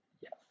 yes